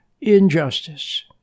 Injustice